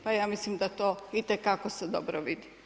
Pa ja mislim da to itekako se dobro vidi.